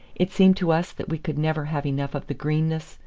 it seemed to us that we could never have enough of the greenness,